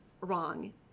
wrong